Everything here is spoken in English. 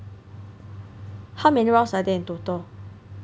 how many rounds are there in total